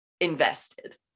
invested